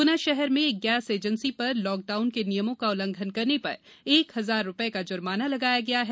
गुना शहर में एक गैस एजेंसी पर लॉक डाउन के नियमों का उल्ल्घन करने पर एक हजार रूपये का जुर्माना लगाया गया है